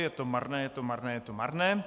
Je to marné, je to marné, je to marné.